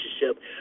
relationship